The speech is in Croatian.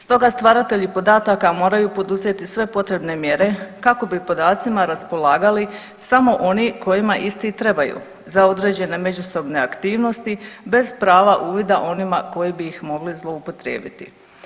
Stoga stvaratelji podataka moraju poduzeti sve potrebne mjere kako bi podacima raspolagali samo oni kojima isti trebaju za određene međusobne aktivnosti bez prava uvida onima koji bi ih mogli zloupotrijebiti.